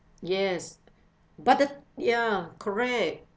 yes but the ya correct